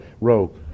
row